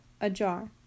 Ajar